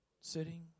sitting